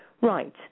Right